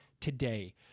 today